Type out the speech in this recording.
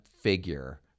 figure